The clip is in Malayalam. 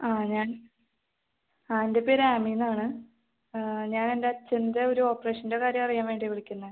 ആ ഞാൻ ആ എൻ്റെ പേര് ആമി എന്നാണ് ഞാനെൻ്റെ അച്ഛൻ്റെ ഒരു ഓപ്പറേഷൻ്റെ കാര്യം അറിയാൻ വേണ്ടിയാണ് വിളിക്കുന്നത്